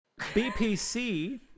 BPC